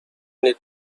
need